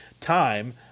time